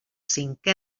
cinqué